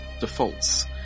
defaults